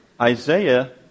Isaiah